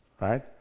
right